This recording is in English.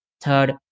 Third